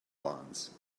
bonds